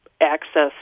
access